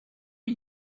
are